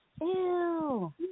Ew